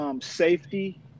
safety